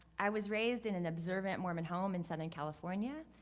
i was raised in an observant mormon home in southern california.